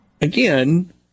again